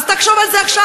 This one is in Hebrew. אז תחשוב על זה עכשיו.